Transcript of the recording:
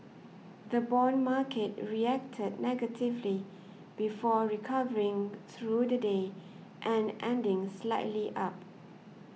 the bond market reacted negatively before recovering through the day and ending slightly up